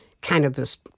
cannabis